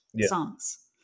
songs